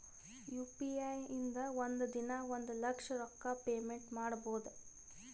U P I ಇಂದ ಒಂದ್ ದಿನಾ ಒಂದ ಲಕ್ಷ ರೊಕ್ಕಾ ಪೇಮೆಂಟ್ ಮಾಡ್ಬೋದ್